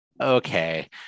okay